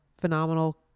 phenomenal